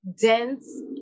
dense